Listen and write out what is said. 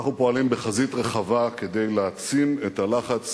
אנחנו פועלים בחזית רחבה כדי להעצים את הלחץ